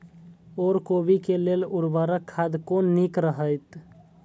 ओर कोबी के लेल उर्वरक खाद कोन नीक रहैत?